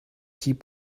keep